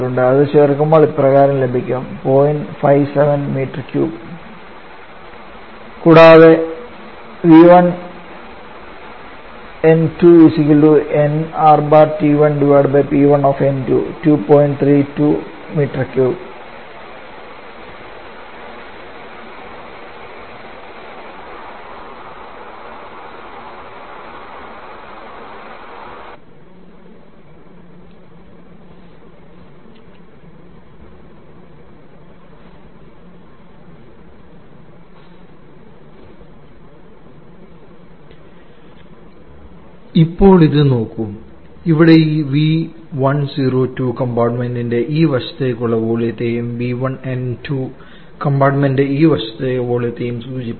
അത് ചേർക്കുമ്പോൾ ഇപ്രകാരം ലഭിക്കും ഇപ്പോൾ ഇത് നോക്കൂ ഇവിടെ ഈ V1O2 കമ്പാർട്ട്മെന്റിന്റെ ഈ വശത്തേക്കുള്ള വോളിയത്തെയും V1N2 കമ്പാർട്ടുമെന്റിന്റെ ഈ വശത്തേക്കുള്ള വോളിയത്തെയും സൂചിപ്പിക്കുന്നു